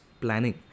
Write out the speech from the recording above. planning